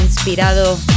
inspirado